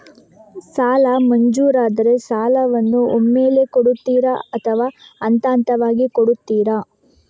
ಸಾಲ ಮಂಜೂರಾದರೆ ಸಾಲವನ್ನು ಒಮ್ಮೆಲೇ ಕೊಡುತ್ತೀರಾ ಅಥವಾ ಹಂತಹಂತವಾಗಿ ಕೊಡುತ್ತೀರಾ?